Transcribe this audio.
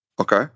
Okay